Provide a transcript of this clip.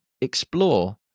explore